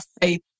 faith